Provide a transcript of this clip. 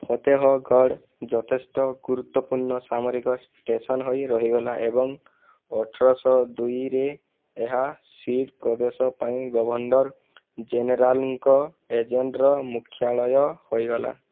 ଫତେହଗଡ଼ ଯଥେଷ୍ଟ ଗୁରୁତ୍ୱପୂର୍ଣ୍ଣ ସାମରିକ ଷ୍ଟେସନ ହୋଇ ରହିଗଲା ଏବଂ ଅଠରଶହ ଦୁଇରେ ଏହା ସିଡ଼୍ ପ୍ରଦେଶ ପାଇଁ ଗଭର୍ଣ୍ଣର ଜେନେରାଲଙ୍କ ଏଜେଣ୍ଟର ମୁଖ୍ୟାଳୟ ହୋଇଗଲା